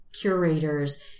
curators